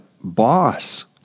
boss